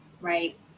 right